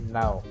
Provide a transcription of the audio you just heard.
now